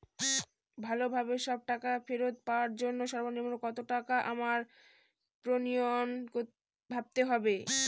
ভালোভাবে সব টাকা ফেরত পাওয়ার জন্য সর্বনিম্ন কতটাকা আমায় প্রিমিয়াম ভরতে হবে?